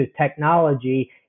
technology